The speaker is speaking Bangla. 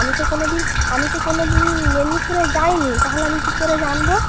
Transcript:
আমি তো কোনোদিন আমি তো কোনোদিন মেদিনীপুরে যাইনি তাহলে আমি কী করে জানবো